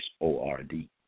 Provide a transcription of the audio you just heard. o-r-d